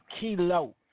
Kilo